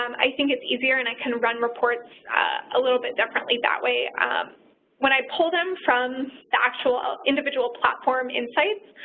um i think it's easier and i can run reports a little bit differently that way. um when i pull them from the actual ah individual platform insights,